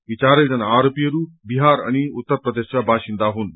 यी चारैजना आरोपीहरू विहार अनि उत्तर प्रदेशका वासिन्दा हुन्